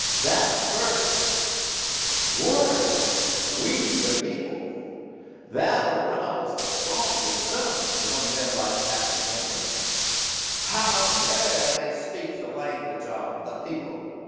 that first word we the people that aroused the strongest sentiments among men like patrick henry how dare they speak the language of the people?